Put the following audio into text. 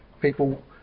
people